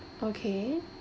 okay